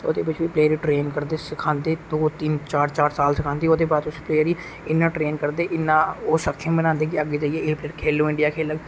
ओहेद बिच बी प्लेयर गी ट्रेन करदे सिखांदे दो तिन चार चार साल सिखांदे और ओहदे बाद उस प्लेयर गी इन्ना ट्रेन करदे कि इन्ना ओह् सक्षम बनांदे कि ओह् अग्गै जाइयै एह् फिर खेलो इंडिया खेलग